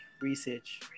research